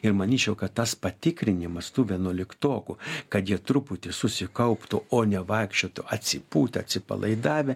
ir manyčiau kad tas patikrinimas tų vienuoliktokų kad jie truputį susikauptų o ne vaikščiotų atsipūtę atsipalaidavę